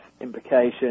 implications